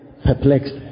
perplexed